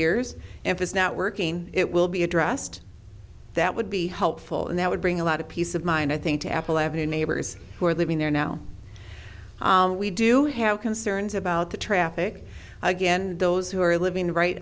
years and is not working it will be addressed that would be helpful and that would bring a lot of peace of mind i think to apple avenue neighbors who are living there now we do have concerns about the traffic again and those who are living right